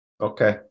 Okay